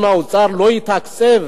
אם האוצר לא יתקצב